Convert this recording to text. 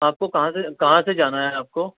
آپ کو کہاں سے کہاں سے جانا ہے آپ کو